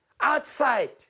outside